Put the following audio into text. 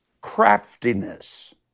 craftiness